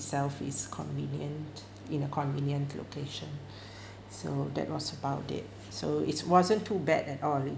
itself is convenient in a convenient location so that was about it so it wasn't too bad at all